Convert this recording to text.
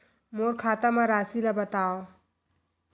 मोर खाता म राशि ल बताओ?